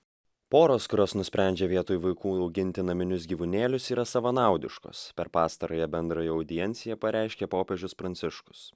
poros kurios nusprendžia vietoj vaikų auginti naminius gyvūnėlius yra savanaudiškos per pastarąją bendrąją audienciją pareiškė popiežius pranciškus